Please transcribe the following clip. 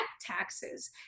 taxes